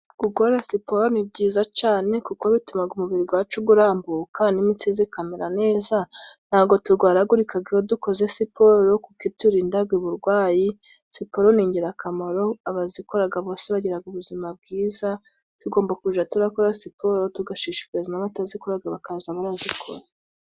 Gukora siporo ni byiza cane kuko bitumaga umubiri gwacu gurambuka n'imitsi zikamera neza, ntago turwaragurikaga iyo dukoze siporo kuko iturindaga uburwayi, siporo ni ingirakamaro abazikoraga bagiraga ubuzima bwiza ,tugomba kuzaja turakora siporo tugashishikaza abatazikoraga bakaza barazikora.